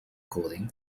coding